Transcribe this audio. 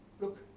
look